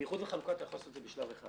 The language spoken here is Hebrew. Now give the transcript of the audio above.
אתה רוצה להתייחס לכל מה שהיה.